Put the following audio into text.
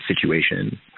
situation